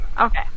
Okay